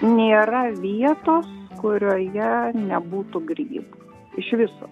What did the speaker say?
nėra vietos kurioje nebūtų grybų iš viso